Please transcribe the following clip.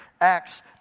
Acts